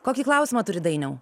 kokį klausimą turit dainiau